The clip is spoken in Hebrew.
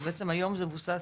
היום זה מבוסס